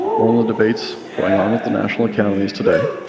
one of the debates going on at the national academies today